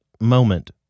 moment